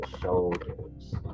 shoulders